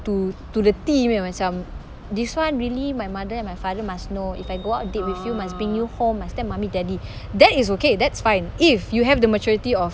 to to the tee punya macam this [one] really my mother and my father must know if I go out date with you must bring you home must tell mummy daddy that is okay that's fine if you have the maturity of